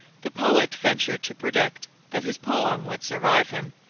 the poet ventured to predict that his poem would survive him,